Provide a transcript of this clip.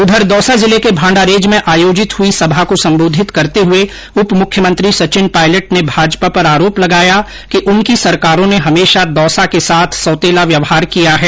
उधर दौसा जिले के भांडारेज में आयोजित हुए सभा को संबोधित करते हुए उपमुख्यमंत्री सचिन पायलट ने भाजपा पर आरोप लगाया कि उनकी सरकारों ने हमेषा दौसा के साथ सौतेला व्यवहार किया है